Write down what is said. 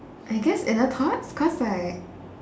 I guess inner thoughts cause like